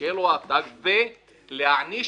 שיהיה לו התג, ולהעניש